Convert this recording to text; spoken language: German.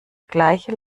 gleiche